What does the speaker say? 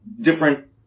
different